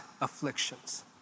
afflictions